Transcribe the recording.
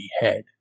head